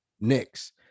Next